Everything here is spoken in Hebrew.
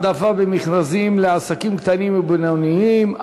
העדפה במכרזים לעסקים קטנים ובינוניים),